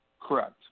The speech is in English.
Correct